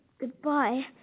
Goodbye